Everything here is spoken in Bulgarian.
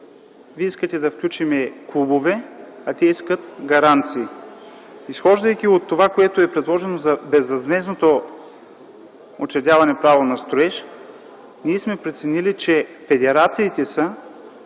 Вие искате да включим клубове, а те искат гаранции. Изхождайки от това, което е предложено за безвъзмездното учредяване на право на строеж, ние сме преценили, че федерациите са